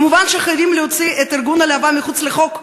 מובן שחייבים להוציא את ארגון להב"ה אל מחוץ לחוק.